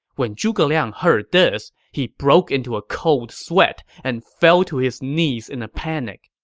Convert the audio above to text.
when zhuge liang heard this, he broke into a cold sweat and fell to his knees in a panic.